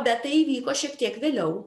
bet tai įvyko šiek tiek vėliau